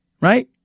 Right